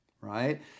right